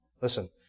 listen